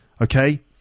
okay